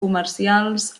comercials